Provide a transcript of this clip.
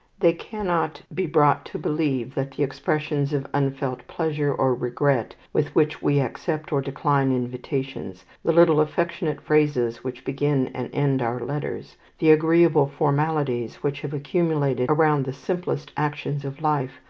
they cannot be brought to believe that the expressions of unfelt pleasure or regret with which we accept or decline invitations, the little affectionate phrases which begin and end our letters, the agreeable formalities which have accumulated around the simplest actions of life,